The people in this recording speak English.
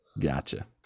Gotcha